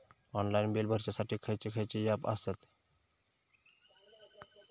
Online bill भरुच्यासाठी खयचे खयचे ऍप आसत?